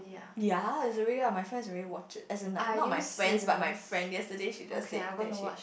ye it's really lah my friend already watch it as in like not my fan but my friend yesterday she just say that she